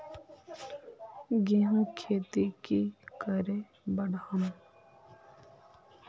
गेंहू खेती की करे बढ़ाम?